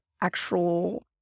actual